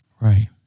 Right